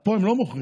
פה הם לא מוכרים,